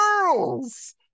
girls